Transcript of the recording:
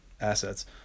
assets